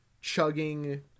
chugging